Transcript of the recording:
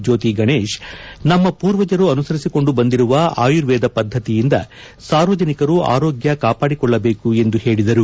ಜ್ಯೋತಿ ಗಣೇಶ್ ನಮ್ಮ ಮೂರ್ವಜರು ಅನುಸರಿಸಿಕೊಂಡು ಬಂದಿರುವ ಆಯುರ್ವೇದ ಪದ್ದತಿಯಿಂದ ಸಾರ್ವಜನಿಕರು ಆರೋಗ್ಯ ಕಾಪಾಡಿಕೊಳ್ಳಬೇಕು ಎಂದು ಹೇಳಿದರು